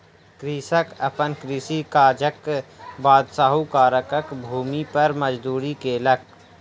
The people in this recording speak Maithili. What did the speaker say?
कृषक अपन कृषि काजक बाद साहूकारक भूमि पर मजदूरी केलक